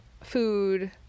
food